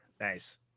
Nice